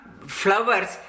flowers